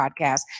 podcast